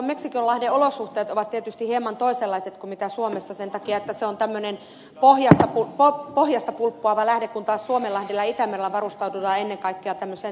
meksikonlahden olosuhteet ovat tietysti hieman toisenlaiset kuin suomessa sen takia että se on tämmöinen pohjasta pulppuava lähde kun taas suomenlahdella ja itämerellä varustaudutaan ennen kaikkea tankkeriturmaan